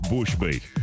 Bushbeat